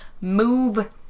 move